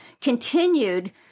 continued